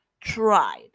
tried